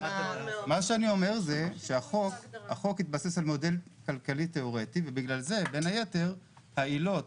אבל החוק התבסס על מודל כלכלי תיאורטי ובגלל זה בין היתר העילות